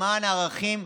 למען הערכים,